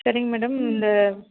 சரிங்க மேடம் இந்த